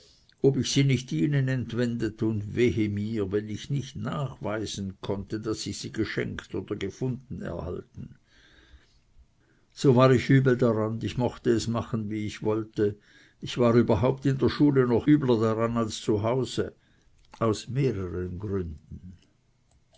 daß ich irgendwo äpfel gestohlen und dem schulmeister gegeben wehe mir wenn ich nicht nachweisen konnte daß ich sie geschenkt oder gefunden erhalten so war ich übel daran ich mochte es machen wie ich wollte ich war überhaupt in der schule noch übler daran als zu hause aus mehreren gründen